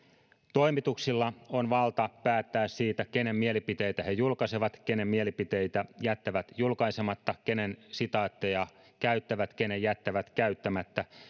toimituksilla on valta päättää siitä kenen mielipiteitä he julkaisevat kenen mielipiteitä jättävät julkaisematta kenen sitaatteja käyttävät kenen jättävät käyttämättä